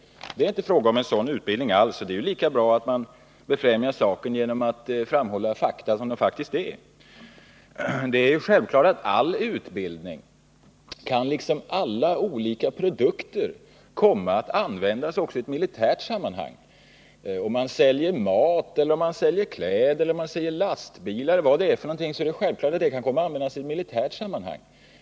Det är inte alls fråga om en sådan utbildning. Det är ju lika bra att man befrämjar saken genom att framhålla fakta som de i själva verket är. Det är självklart att all utbildning, liksom alla olika produkter, kan komma att användas också i militärt sammanhang. Om man säljer mat, kläder, lastbilar e!ler vad det än är, kan sådana produkter självfallet komma att användas i militärt sammanhang.